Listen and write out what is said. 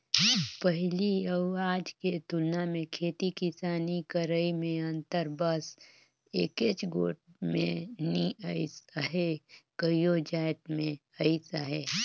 पहिली अउ आज के तुलना मे खेती किसानी करई में अंतर बस एकेच गोट में नी अइस अहे कइयो जाएत में अइस अहे